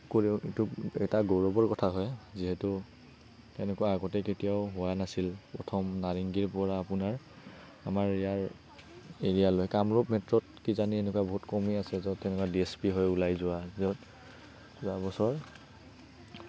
গৌৰৱ কৰো এইটো এটা গৌৰৱৰ কথা হয় যিহেতু তেনেকুৱা আগতে কেতিয়াও হোৱা নাছিল প্ৰথম নাৰেঙ্গীৰ পৰা আপোনাৰ আমাৰ ইয়াৰ এৰিয়ালে কামৰূপ মেট্ৰ'ত কিজানি এনেকুৱা বহুত কমে আছে য'ত তেনেকুৱা ডি এছ পি হৈ য'ত ওলাই যোৱা যোৱাবছৰ